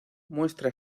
muestra